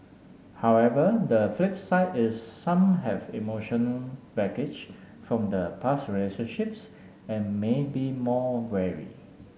however the flip side is some have emotional baggage from the past research trips and may be more wary